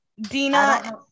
Dina